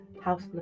house